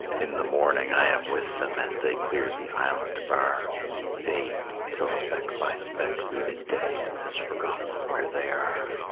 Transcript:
in the morning i am with them as they clear the island bar fade, till speck by speck the midday has forgotten where they are.